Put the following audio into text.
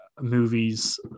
movies